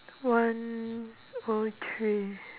one O three